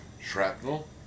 Shrapnel